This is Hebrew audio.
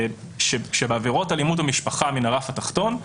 שבעבירות אלימות במשפחה מן הרף התחתון,